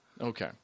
Okay